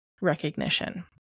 recognition